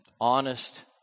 Honest